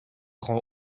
rend